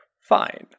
fine